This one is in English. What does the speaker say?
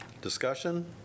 Discussion